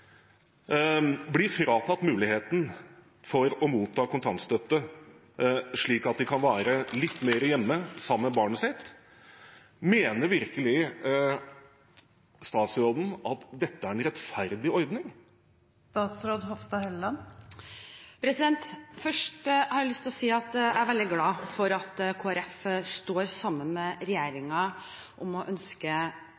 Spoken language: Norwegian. blir fratatt muligheten til å motta kontantstøtte slik at de kan være litt mer hjemme sammen med barnet sitt. Mener virkelig statsråden at dette er en rettferdig ordning? Først har jeg lyst til å si at jeg er veldig glad for at Kristelig Folkeparti står sammen med